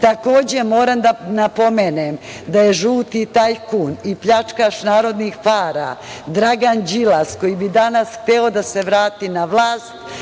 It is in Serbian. moram da napomenem da je žuti tajkun i pljačkaš narodnih para, Dragan Đilas koji bi danas hteo da se vrati na vlast